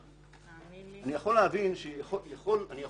כלומר, יש